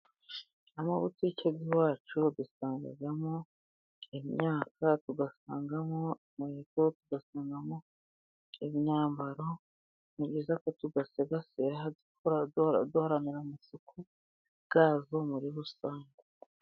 Amabutike y'iwacu dusangamo imyaka, tugasangamo inkweto, tugasangamo imyambaro myiza, ni byiza ko tuyasigasira tugahora duharanira amasuku yayo muri rusange.